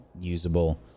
usable